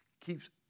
keeps